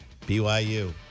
BYU